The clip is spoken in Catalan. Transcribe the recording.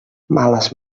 males